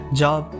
job